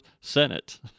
Senate